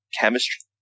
chemistry